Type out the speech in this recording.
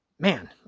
man